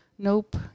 nope